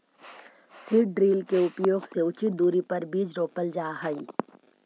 seed drill के उपयोग से उचित दूरी पर बीज रोपल जा हई